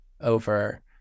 over